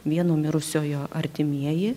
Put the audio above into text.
vieno mirusiojo artimieji